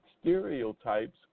stereotypes